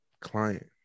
client